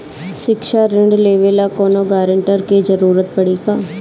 शिक्षा ऋण लेवेला कौनों गारंटर के जरुरत पड़ी का?